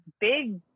big